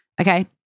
Okay